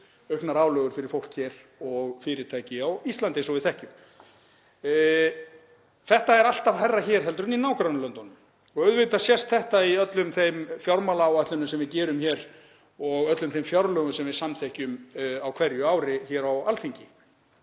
auknar álögur fyrir fólk og fyrirtæki á Íslandi eins og við þekkjum. Þetta er alltaf hærra hér en í nágrannalöndunum og auðvitað sést þetta í öllum þeim fjármálaáætlunum sem við gerum hér og öllum þeim fjárlögum sem við samþykkjum á hverju ári hér á Alþingi.